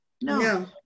no